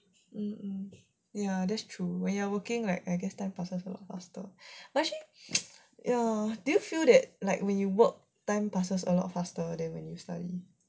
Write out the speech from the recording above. ya that's true when you are working like I guess time passes a lot faster but actually ya do you feel that like when you work time passes a lot faster than when you study